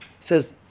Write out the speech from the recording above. says